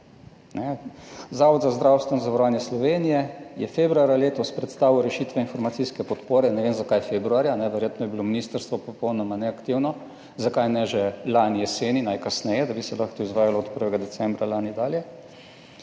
Zavod za zdravstveno zavarovanje Slovenije je februarja letos predstavil rešitve informacijske podpore, ne vem zakaj februarja, verjetno je bilo ministrstvo popolnoma neaktivno, zakaj ne že lani jeseni najkasneje, da bi se lahko to izvajalo od 1. decembra lani dalje,